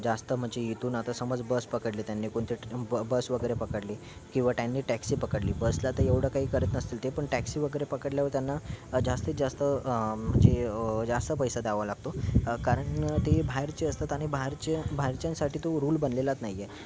जास्त म्हणजे इथून आता समज बस पकडले त्यांनी कोणत्या ठी बस वगैरे पकडली किंवा त्यांनी टॅक्सी पकडली बसला तर एवढं काही करत नसतील ते पण टॅक्सी वगैरे पकडल्यावर त्यांना जास्तीत जास्त म्हणजे जास्त पैसा द्यावा लागतो कारण ते बाहेरचे असतात आ आणि बाहेरचे बाहेरच्यांसाठी तो रूल बनलेलाच नाहीये